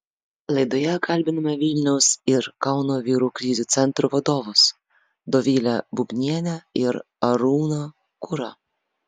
laidoje kalbiname vilniaus ir kauno vyrų krizių centrų vadovus dovilę bubnienę ir arūną kurą